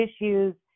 issues